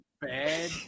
bad